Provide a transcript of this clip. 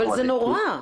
אבל זה נורא.